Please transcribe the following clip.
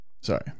Sorry